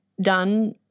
done